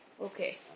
Okay